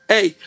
Hey